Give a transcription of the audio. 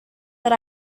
that